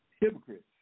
hypocrites